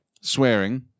swearing